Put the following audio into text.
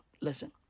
listen